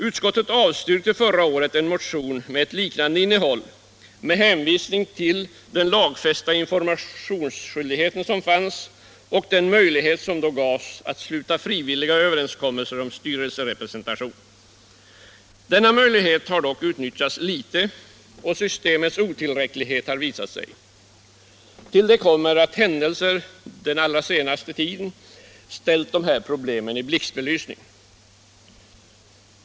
Utskottet avstyrkte förra året en motion med ett liknande innehåll under hänvisning till den lagfästa informationsskyldigheten och den möjlighet som då fanns att sluta frivilliga överenskommelser om styrelserepresentation. Denna möjlighet har dock utnyttjats litet, och systemets otillräcklighet har visat sig. Till detta kommer att händelser den allra senaste tiden ställt problemet i blixtbelysning.